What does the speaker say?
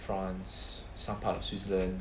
france some part of switzerland